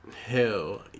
Hell